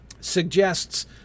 Suggests